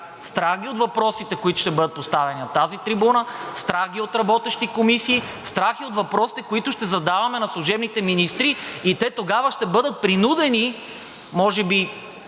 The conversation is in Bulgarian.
Страх ги е от въпросите, които ще бъдат поставени на тази трибуна, страх ги е от работещи комисии, страх ги е и от въпросите, които ще задаваме на служебните министри и те тогава ще бъдат принудени може би